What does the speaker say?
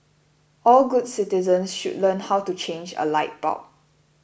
all good citizens should learn how to change a light bulb